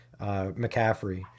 McCaffrey